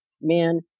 man